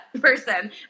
person